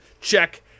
check